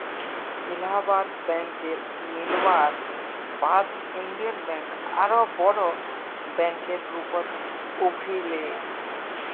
इलाहाबाद बैकेर मिलवार बाद इन्डियन बैंक आरोह बोरो बैंकेर रूपत उभरी ले